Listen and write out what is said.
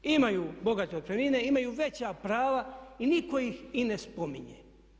Imaju bogate otpremnine, imaju veća prava i nitko ih i ne spominje.